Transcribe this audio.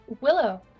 Willow